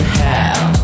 hell